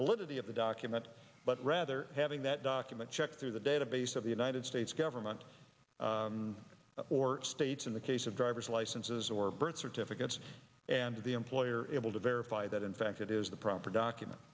validity of the document but rather having that document checked through the database of the united states government or states in the case of driver's licenses or birth certificates and the employer able to verify that in fact it is the proper document